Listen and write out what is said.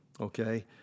okay